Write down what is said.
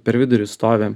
per vidurį stovi